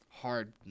Hard